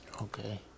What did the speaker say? Okay